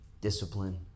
discipline